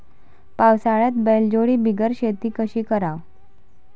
पावसाळ्यात बैलजोडी बिगर शेती कशी कराव?